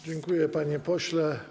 Dziękuję, panie pośle.